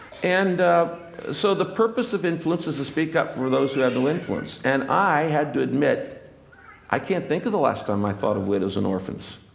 and so the purpose of influence is to speak up for those who have no influence. and i had to admit i can't think of the last time i thought of widows and orphans.